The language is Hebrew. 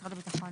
משרד הביטחון